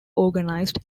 organized